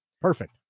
Perfect